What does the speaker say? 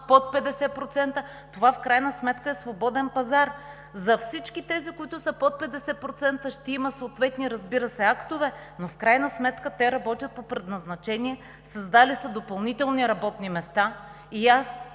под 50%. Това в крайна сметка е свободен пазар. За всички тези, които са под 50%, ще има, разбира се, съответни актове, но в крайна сметка те работят по предназначение, създали са допълнителни работни места и аз